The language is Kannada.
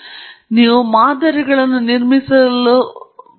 ನಾನು ಇಲ್ಲಿ ಮಾದರಿಗಳನ್ನು ಹೇಳಿದಾಗ ಹಿಂಜರಿತ ಮಾದರಿಗಳಾಗಿರಬಾರದು ಇದು ಸಹ ವರ್ಗೀಕರಣಕಾರಕವಾಗಿರಬಹುದು